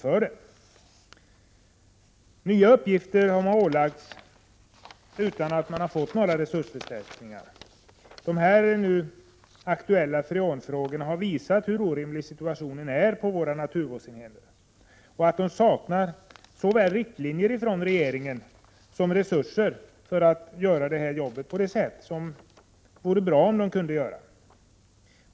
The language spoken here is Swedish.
De har ålagts nya uppgifter utan att ha fått några resursförstärkningar. De nu aktuella freonfrågorna har visat hur orimlig situationen är på naturvårdsmyndigheterna, där man saknar såväl riktlinjer som resurser från regeringen för att göra jobbet på ett tillfredsställande sätt.